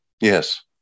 Yes